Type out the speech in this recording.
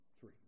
three